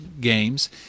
games